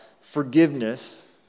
forgiveness